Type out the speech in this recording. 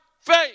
faith